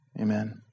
amen